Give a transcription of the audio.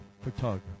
photographer